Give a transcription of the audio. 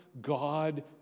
God